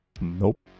Nope